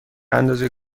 اندازه